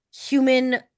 human